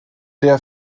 der